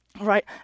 right